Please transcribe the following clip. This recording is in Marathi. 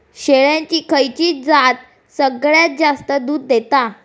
शेळ्यांची खयची जात सगळ्यात जास्त दूध देता?